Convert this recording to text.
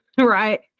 right